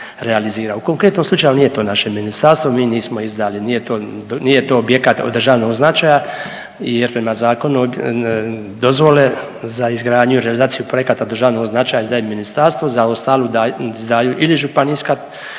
U konkretnom slučaju nije to naše ministarstvo, mi nismo izdali, nije to, nije to objekat od državnog značaja jer prema zakonu dozvole za izgradnju i organizaciju projekata od državnog značaja izdaje ministarstvo, za ostalu izdaju ili županijska